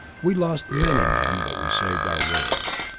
we lost many men, but we saved our worlds,